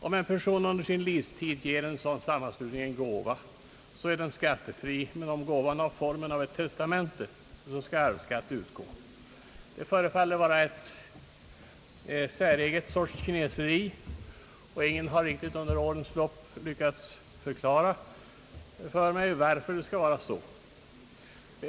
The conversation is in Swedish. Om en person under sin livstid ger en sådan sammanslutning en gåva så är den skattefri, men om gåvan har formen av ett testamente så skall arvsskatt utgå. Detta förefallar vara ett säreget sorts kineseri, och ingen har under årens lopp lyckats förklara för mig varför det skall vara så.